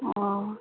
ꯑꯣ